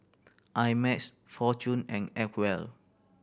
I Max Fortune and Acwell